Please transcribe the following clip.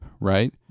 Right